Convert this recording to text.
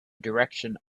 direction